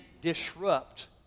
disrupt